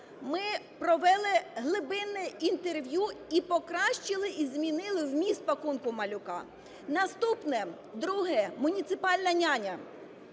ми провели глибинне інтерв'ю - і покращили, і змінили вміст "пакунку малюка". Наступне, друге: муніципальна няня.